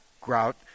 Grout